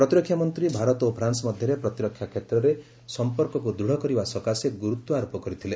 ପ୍ରତିରକ୍ଷା ମନ୍ତ୍ରୀ ଭାରତ ଓ ଫ୍ରାନ୍ସ ମଧ୍ୟରେ ପ୍ରତିରକ୍ଷା କ୍ଷେତ୍ରରେ ସମ୍ପର୍କକୁ ଦୃଢ଼ କରିବା ସକାଶେ ଗୁରୁତ୍ୱ ଆରୋପ କରିଥିଲେ